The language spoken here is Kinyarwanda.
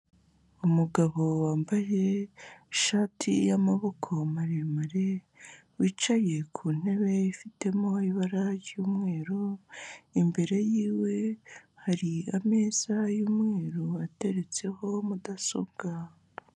Umugabo wambaye ishati y'amaboko maremare wicaye ku ntebe ifitemo ibara ry'umweru, imbere yiwe hari ameza y'umweru ateretseho mudasobwa.